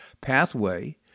pathway